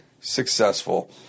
successful